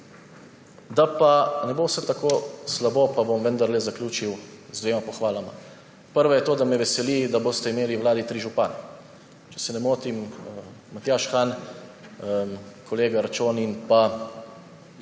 Da pa ne bo vse tako slabo, bom vendarle zaključil z dvema pohvalama. Prva je to, da me veseli, da boste imeli v Vladi tri župane. Če se ne motim Matjaž Han, kolega Arčon in